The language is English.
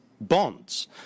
bonds